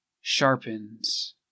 sharpens